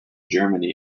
germany